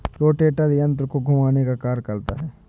rotator यन्त्र को घुमाने का कार्य करता है